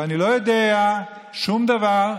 ואני לא יודע שום דבר,